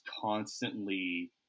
constantly